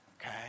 Okay